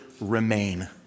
remain